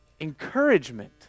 encouragement